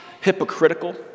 hypocritical